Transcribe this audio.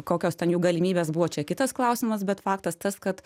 kokios ten jų galimybės buvo čia kitas klausimas bet faktas tas kad